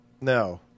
No